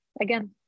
again